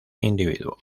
individuo